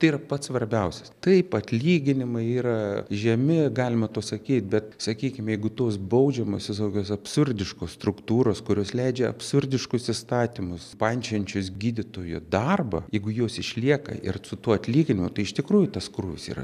tai yra pats svarbiausias taip atlyginimai yra žemi galima to sakyt bet sakykim jeigu tos baudžiamosios tokios absurdiškos struktūros kurios leidžia absurdiškus įstatymus pančiojančius gydytojo darbą jeigu jos išlieka ir su tuo atlyginimu tai iš tikrųjų tas krūvis yra